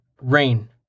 Rain